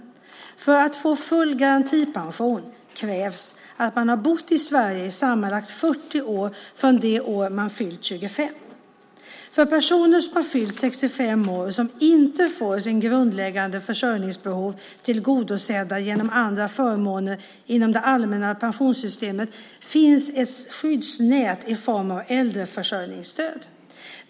För att få full garantipension krävs att man har bott i Sverige i sammanlagt 40 år från det år man fyller 25. För personer som har fyllt 65 år och som inte får sina grundläggande försörjningsbehov tillgodosedda genom andra förmåner inom det allmänna pensionssystemet finns ett skyddsnät i form av äldreförsörjningsstöd.